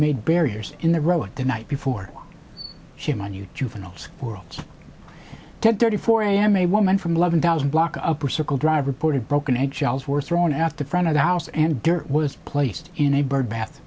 made barriers in the road the night before she minute juvenile's worlds ten thirty four am a woman from eleven thousand block upper circle drive reported broken egg shells were thrown at the front of the house and dirt was placed in a birdbat